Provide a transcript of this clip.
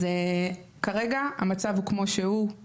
כרגע המצב הוא כמו שהוא,